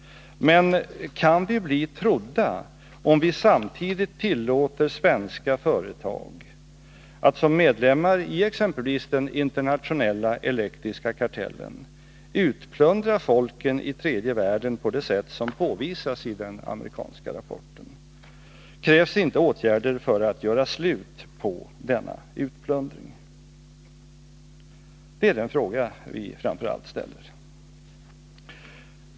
Men kan vi bli trodda, om vi samtidigt tillåter svenska företag att som medlemmar i exempelvis den internationella elektriska kartellen utplundra folken i tredje världen på det sätt som påvisas i den amerikanska rapporten? Krävs inte åtgärder för att göra slut på denna utplundring? Det är den fråga vi framför allt ställer.